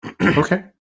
Okay